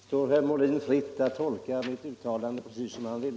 Herr talman! Det står herr Molin fritt att tolka mitt uttalande precis som han vill.